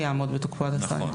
נכון.